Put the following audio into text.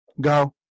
go